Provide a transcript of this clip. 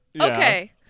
Okay